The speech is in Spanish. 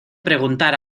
preguntar